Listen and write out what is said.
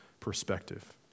perspective